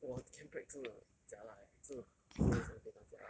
我的 chem prac 真的 jialat eh 真的很非常非常 jialat